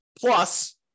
Plus